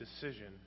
decision